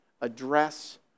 address